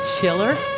chiller